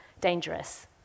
dangerous